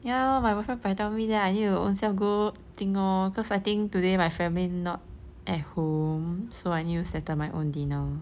ya my boyfriend paitao me then I need to ownself go think lor cause I think today my family not at home so I need to settle my own dinner